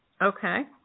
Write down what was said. Okay